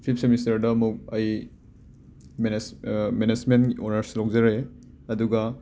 fifth ꯁꯦꯃꯦꯁꯇꯔꯗ ꯑꯃꯨꯛ ꯑꯩ ꯃꯦꯅꯦꯁ ꯃꯦꯅꯦꯁꯃꯦꯟꯠ ꯑꯣꯅꯔꯁ ꯂꯧꯖꯔꯛꯏ ꯑꯗꯨꯒ